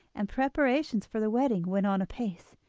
and preparations for the wedding went on apace.